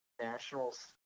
Nationals